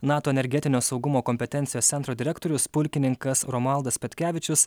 nato energetinio saugumo kompetencijos centro direktorius pulkininkas romualdas petkevičius